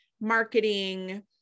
marketing